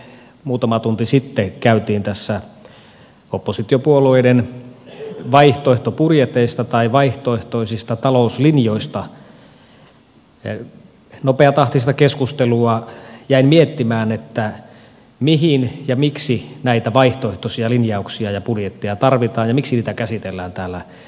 kun muutama tunti sitten käytiin tässä oppositiopuolueiden vaihtoehtobudjeteista tai vaihtoehtoisista talouslinjoista nopeatahtista keskustelua jäin miettimään mihin ja miksi näitä vaihtoehtoisia linjauksia ja budjetteja tarvitaan ja miksi niitä käsitellään täällä eduskunnassa